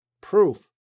proof